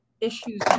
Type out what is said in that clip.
issues